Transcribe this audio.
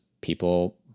people